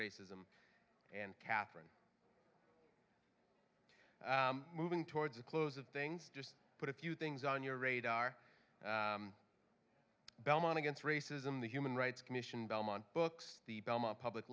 racism and catherine moving towards the close of things just put a few things on your radar belmont against racism the human rights commission belmont books the belmont public